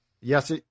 Yes